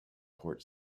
court